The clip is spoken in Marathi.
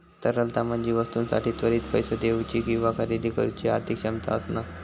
तरलता म्हणजे वस्तूंसाठी त्वरित पैसो देउची किंवा खरेदी करुची आर्थिक क्षमता असणा